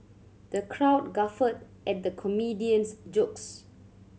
the crowd guffawed at the comedian's jokes